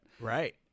Right